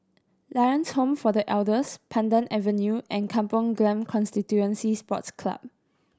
Lions Home for The Elders Pandan Avenue and Kampong Glam Constituency Sports Club